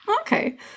Okay